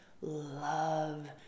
love